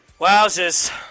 Wowzers